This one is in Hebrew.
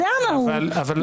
זו המהות.